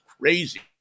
crazy